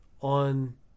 on